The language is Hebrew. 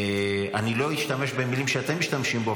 אני לא אשתמש במילים שאתם משתמשים בהן,